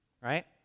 right